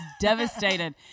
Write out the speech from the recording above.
devastated